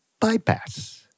bypass